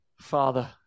Father